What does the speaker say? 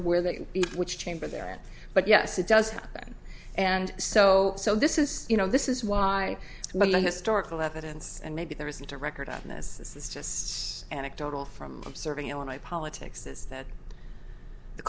where they can be which chamber they're at but yes it does happen and so so this is you know this is why but the historical evidence and maybe there isn't a record on this this is just anecdotal from observing it on my politics is that the